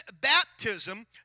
baptism